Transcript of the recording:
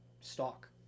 stock